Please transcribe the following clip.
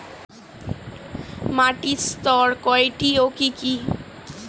মাটির স্তর কয়টি ও কি কি?